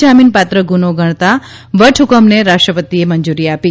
જામીનપાત્ર ગૂનો ગણતા વટહુકમને રાષ્ટ્રપતિએ મંજૂરી આપી